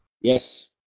Yes